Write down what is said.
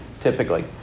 typically